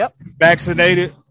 vaccinated